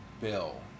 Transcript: bill